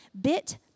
bit